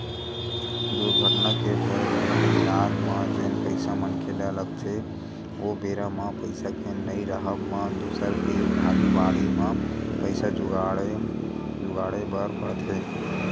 दुरघटना के होय ले इलाज म जेन पइसा मनखे ल लगथे ओ बेरा म पइसा के नइ राहब म दूसर तीर उधारी बाड़ही म पइसा जुगाड़े बर परथे